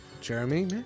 Jeremy